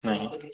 नहीं